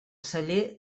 celler